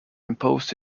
impose